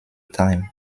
time